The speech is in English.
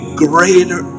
greater